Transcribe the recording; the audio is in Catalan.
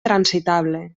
transitable